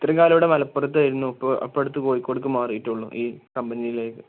ഇത്രയും കാലം ഇവിടെ മലപ്പുറത്ത് ആയിരുന്നു ഇപ്പോൾ ഇപ്പം അടുത്ത് കോഴിക്കോടേയ്ക്ക് മാറിയിട്ടേ ഉള്ളു ഈ കമ്പനിയിലേക്ക്